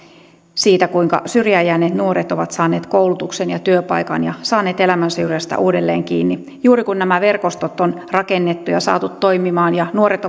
siitä kuinka syrjään jääneet nuoret ovat saaneet koulutuksen ja työpaikan ja saaneet elämänsyrjästä uudelleen kiinni juuri kun nämä verkostot on rakennettu ja saatu toimimaan ja nuoret